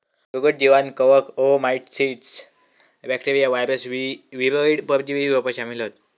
रोगट जीवांत कवक, ओओमाइसीट्स, बॅक्टेरिया, वायरस, वीरोइड, परजीवी रोपा शामिल हत